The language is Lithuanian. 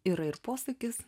yra ir posakis